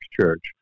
church